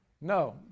No